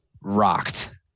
rocked